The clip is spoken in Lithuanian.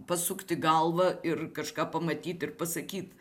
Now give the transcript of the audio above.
pasukti galvą ir kažką pamatyt ir pasakyt